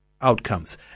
outcomes